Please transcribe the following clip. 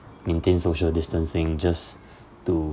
maintain social distancing just to